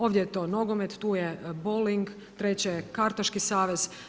Ovdje je to nogomet, tu je bowling, treće je kartaški savez.